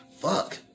Fuck